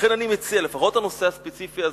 לכן אני מציע שלפחות הנושא הספציפי הזה,